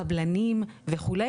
קבלנים וכו',